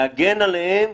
להגן עליהם.